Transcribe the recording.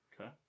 Okay